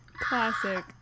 Classic